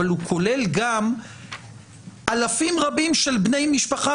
אבל הוא כולל גם אלפים רבים של בני משפחה